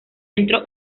centro